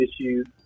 issues